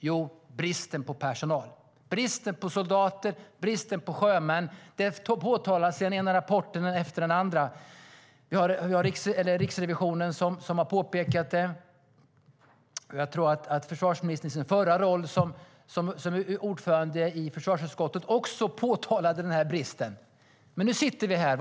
Jo, bristen på personal, bristen på soldater och bristen på sjömän. Det påtalas i den ena rapporten efter den andra. Riksrevisionen har påpekat det, och jag tror att försvarsministern i sin förra roll som ordförande i försvarsutskottet också påtalade den här bristen. Men nu sitter vi här.